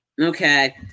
okay